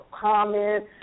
comment